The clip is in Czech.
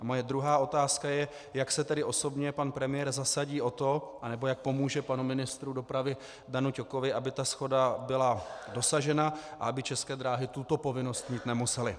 Moje druhá otázka je, jak se tedy osobně pan premiér zasadí o to, nebo jak pomůže panu ministru dopravy Danu Ťokovi, aby ta shoda byla dosažena a aby České dráhy tuto povinnost mít nemusely.